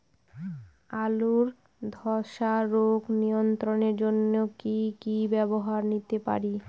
আলুর ধ্বসা রোগ নিয়ন্ত্রণের জন্য কি কি ব্যবস্থা নিতে পারি?